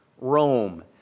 Rome